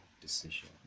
decision